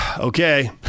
Okay